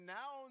now